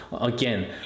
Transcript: again